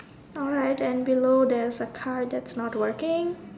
alright then below there's a car that's not working